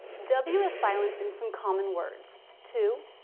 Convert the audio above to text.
w is silent in some common words. two,